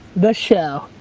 the show,